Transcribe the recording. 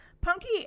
Punky